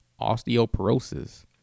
osteoporosis